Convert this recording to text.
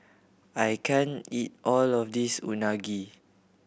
I can't eat all of this Unagi